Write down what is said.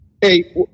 Hey